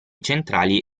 centrali